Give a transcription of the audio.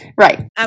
right